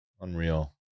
Unreal